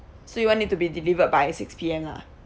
so you want it to be delivered by six P_M lah